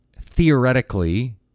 Theoretically